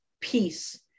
peace